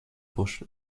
bush